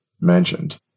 mentioned